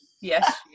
yes